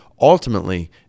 ultimately